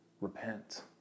repent